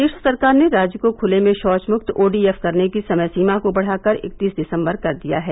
प्रदेष सरकार ने राज्य को खुले में षौच मुक्त ओडीएफ करने की समय सीमा को बढ़ाकर इकतीस दिसम्बर कर दिया है